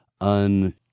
un